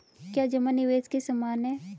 क्या जमा निवेश के समान है?